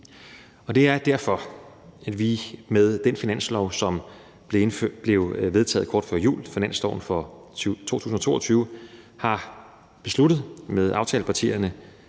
Det er derfor, at vi med den finanslov, som blev vedtaget kort tid før jul, finansloven for 2022, sammen med aftalepartierne